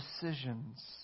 decisions